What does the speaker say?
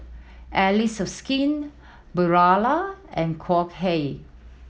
Allies of Skin Barilla and Wok Hey